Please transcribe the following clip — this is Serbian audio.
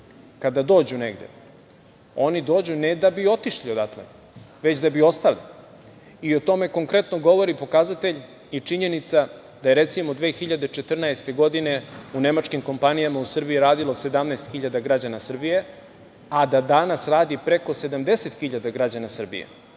kada dođu negde oni dođu ne da bi otišli odatle, već da bi ostali. O tome konkretno govori pokazatelj i činjenica da je, recimo, 2014. godine u nemačkim kompanijama u Srbiji radilo 17.000 građana Srbije, a da danas radi preko 70.000 građana Srbije